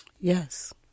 Yes